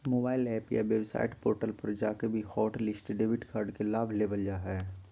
mobile app या website portal पर जाकर भी हॉटलिस्ट डेबिट कार्ड के लाभ लेबल जा हय